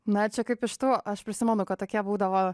na čia kaip iš tų aš prisimenu kad tokie būdavo